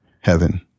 heaven